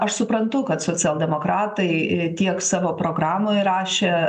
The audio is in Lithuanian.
aš suprantu kad socialdemokratai tiek savo programoj rašė